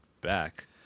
back